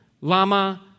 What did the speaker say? lama